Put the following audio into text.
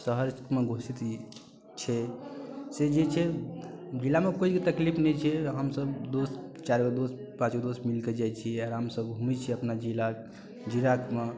शहरमे घोषित ई छै से जे छै जिलामे कोइ भी तकलीफ नहि छै हमसब दोस चारि गो दोस्त पाँच गो दोस्त मिलके जाइत छी आरामसँ घूमैत छी अपना जिला जिलामे